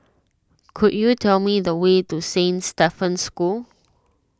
could you tell me the way to Saint Stephen's School